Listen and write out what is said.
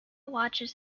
watches